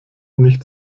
nicht